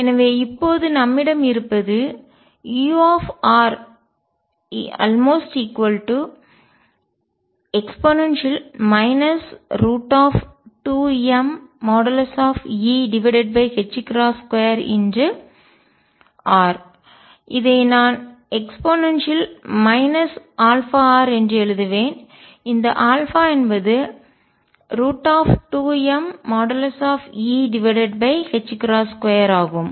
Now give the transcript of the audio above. எனவே இப்போது நம்மிடம் இருப்பது ure 2mE2r இதை நான் e r என்று எழுதுவேன் இந்த என்பது 2mE2 ஆகும்